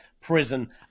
prison